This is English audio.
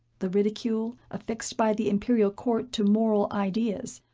the ridicule, affixed by the imperial court to moral ideas,